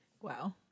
Wow